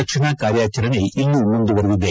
ರಕ್ಷಣಾ ಕಾರ್ಯಾಚರಣೆ ಇನ್ನೊ ಮುಂದುವರೆದಿದೆ